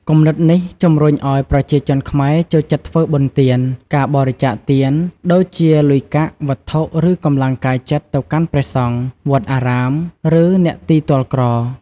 គំនិតនេះជំរុញឱ្យប្រជាជនខ្មែរចូលចិត្តធ្វើបុណ្យទាន ការបរិច្ចាគទាន ដូចជាលុយកាក់ វត្ថុ ឬកម្លាំងកាយចិត្ត ទៅកាន់ព្រះសង្ឃ វត្តអារាម ឬអ្នកទីទ័លក្រ។